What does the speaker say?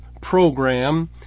program